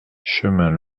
chemin